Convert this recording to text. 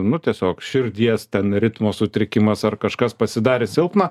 nu tiesiog širdies ten ritmo sutrikimas ar kažkas pasidarė silpna